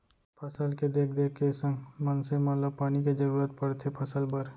फसल के देख देख के संग मनसे मन ल पानी के जरूरत परथे फसल बर